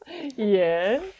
Yes